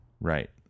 Right